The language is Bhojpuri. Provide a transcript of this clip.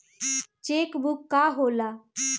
चेक बुक का होला?